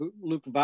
Luke